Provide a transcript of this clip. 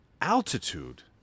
Altitude